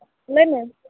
ᱞᱟᱹᱭ ᱢᱮ